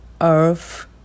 earth